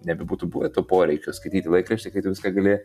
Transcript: nebebūtų buvę to poreikio skaityti laikraštį kai tu viską gali